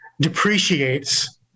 depreciates